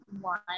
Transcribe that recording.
one